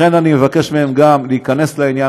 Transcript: לכן אני מבקש מהם גם להיכנס לעניין.